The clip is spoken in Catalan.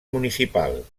municipal